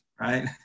right